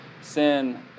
Sin